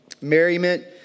Merriment